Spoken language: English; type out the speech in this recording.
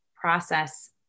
process